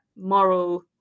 moral